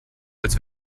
als